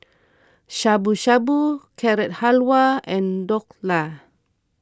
Shabu Shabu Carrot Halwa and Dhokla